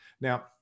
Now